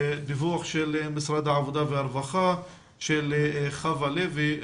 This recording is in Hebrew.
דיווח של משרד העבודה והרווחה, של חוה לוי,